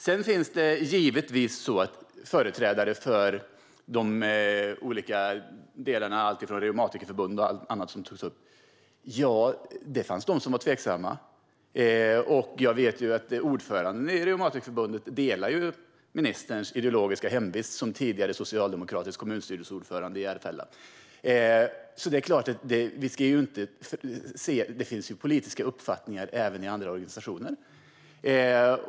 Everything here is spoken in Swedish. Det fanns de företrädare för de olika delarna som var tveksamma. Jag vet ju att ordföranden för Reumatikerförbundet delar ministerns ideologiska hemvist som tidigare socialdemokratisk kommunstyrelseordförande i Järfälla. Det finns politiska uppfattningar även i andra organisationer.